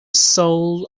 soul